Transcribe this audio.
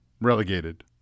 relegated